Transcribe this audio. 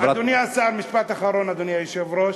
חברת, אדוני השר, משפט אחרון, אדוני היושב-ראש,